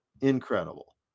incredible